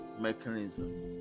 mechanism